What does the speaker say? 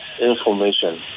information